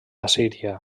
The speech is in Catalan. assíria